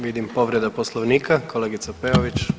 Vidim povreda poslovnika, kolegica Peović.